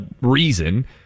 reason